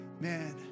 man